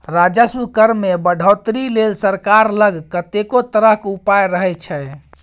राजस्व कर मे बढ़ौतरी लेल सरकार लग कतेको तरहक उपाय रहय छै